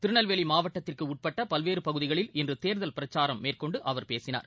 திருநெல்வேலி மாவட்டதிற்கு உட்பட்ட பல்வேறு பகுதிகளில் இன்று தேர்தல் பிரச்சாரம் மேற்கொண்டு அவர் பேசினார்